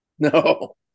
No